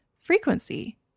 frequency